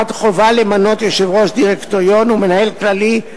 1. חובה למנות יושב-ראש דירקטוריון ומנהל כללי,